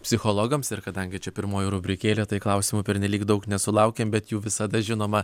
psichologams ir kadangi čia pirmoji rubrikėlė tai klausimų pernelyg daug nesulaukėm bet jų visada žinoma